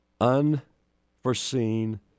unforeseen